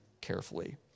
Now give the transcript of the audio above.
carefully